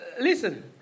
Listen